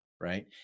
right